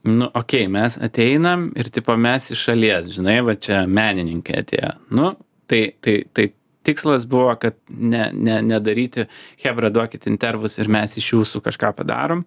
nu okei mes ateinam ir tipo mes iš šalies žinai va čia menininkai atėję nu tai tai tai tikslas buvo kad ne ne nedaryti chebra duokit intervus ir mes iš jūsų kažką padarom